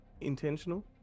intentional